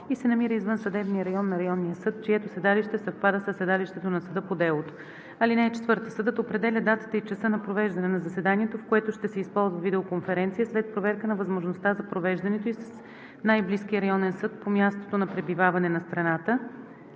и се намира извън съдебния район на районния съд, чието седалище съвпада със седалището на съда по делото. (4) Съдът определя датата и часа на провеждане на заседанието, в което ще се използва видеоконференция, след проверка на възможността за провеждането й с най-близкия районен съд по мястото на пребиваване на страната,